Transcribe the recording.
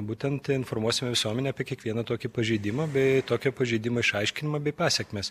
būtent informuosime visuomenę apie kiekvieną tokį pažeidimą bei tokio pažeidimo išaiškinimą bei pasekmes